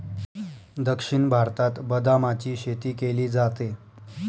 दक्षिण भारतात बदामाची शेती केली जाते